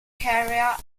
carrera